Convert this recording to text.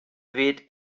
weht